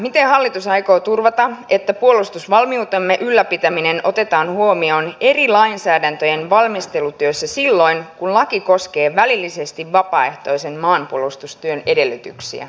miten hallitus aikoo turvata että puolustusvalmiutemme ylläpitäminen otetaan huomioon eri lainsäädäntöjen valmistelutyössä silloin kun laki koskee välillisesti vapaaehtoisen maanpuolustustyön edellytyksiä